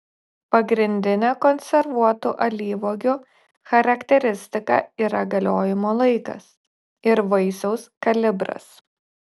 pagrindinė konservuotų alyvuogių charakteristika yra galiojimo laikas ir vaisiaus kalibras